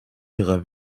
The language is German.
ihrer